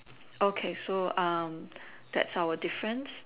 okay so that's our difference